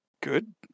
good